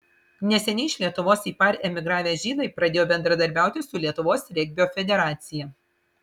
neseniai iš lietuvos į par emigravę žydai pradėjo bendradarbiauti su lietuvos regbio federacija